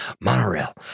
Monorail